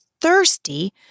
thirsty